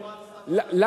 אולי דווקא המאומץ סבל.